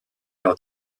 leur